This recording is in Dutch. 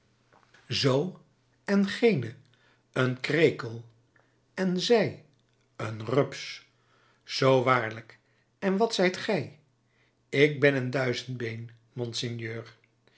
zoo en gene een krekel en zij een rups zoo waarlijk en wat zijt gij ik ben een duizendbeen monseigneur